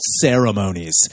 ceremonies